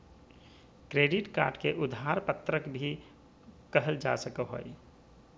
credit card के उधार पत्रक भी कहल जा सको हइ